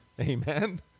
Amen